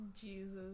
Jesus